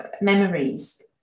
memories